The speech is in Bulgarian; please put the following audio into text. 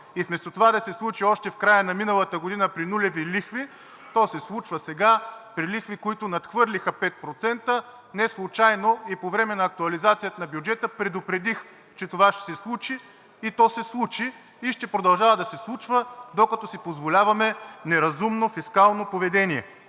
И вместо това да се случи още в края на миналата година при нулеви лихви, то се случва сега при лихви, които надхвърлиха 5%. Неслучайно и по време на актуализацията на бюджета предупредих, че това ще се случи, и то се случи, и ще продължава да се случва, докато си позволяваме неразумно фискално поведение.